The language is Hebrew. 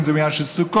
אם זה בעניין של סוכות.